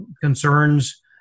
concerns